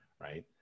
right